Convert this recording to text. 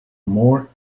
more